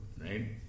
right